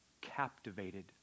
captivated